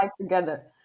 together